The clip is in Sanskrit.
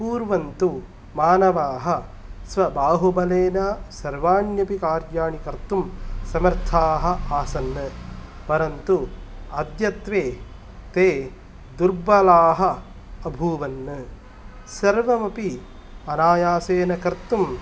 पूर्वं तु मानवाः स्व बाहु बलेन सर्वाण्यपि कार्याणि कर्तुं समर्थाः आसन् परन्तु अद्यत्वे ते दुर्बलाः अभूवन् सर्वमपि अनायासेन कर्तुं